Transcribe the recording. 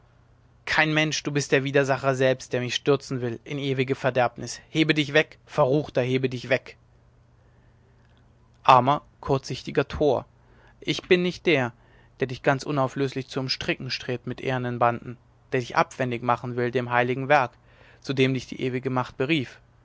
kein mensch du bist der widersacher selbst der mich stürzen will in ewige verderbnis hebe dich weg verruchter hebe dich weg armer kurzsichtiger tor ich bin nicht der der dich ganz unauflöslich zu umstricken strebt mit ehernen banden der dich abwendig machen will dem heiligen werk zu dem dich die ewige macht berief